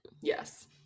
Yes